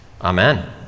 amen